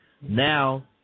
Now